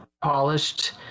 polished